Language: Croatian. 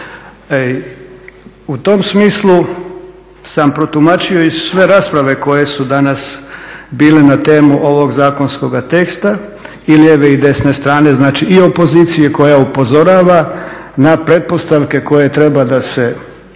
U tom smislu sam protumačio i sve rasprave koje su danas bile na temu ovog zakonskoga teksta i lijeve i desne strane, znači i opozicije koja upozorava na pretpostavke koje treba da se dobro